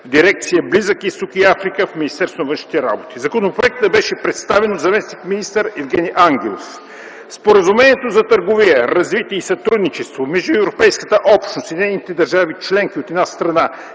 дирекция „Близък Изток и Африка” в Министерството на външните работи. Законопроектът беше представен от заместник-министър Евгени Ангелов. Споразумението за търговия, развитие и сътрудничество между Европейската общност и нейните държави членки, от една страна,